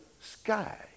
sky